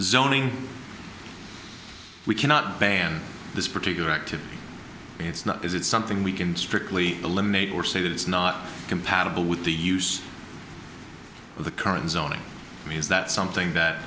zoning we cannot ban this particular activity it's not is it something we can strictly eliminate or say that it's not compatible with the use of the current zoning i mean is that something that